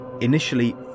Initially